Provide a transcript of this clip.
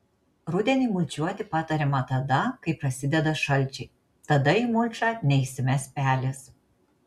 rudenį mulčiuoti patariama tada kai prasideda šalčiai tada į mulčią neįsimes pelės